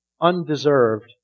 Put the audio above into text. undeserved